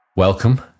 welcome